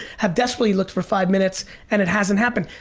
have desperately looked for five minutes and it hasn't happened,